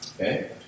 Okay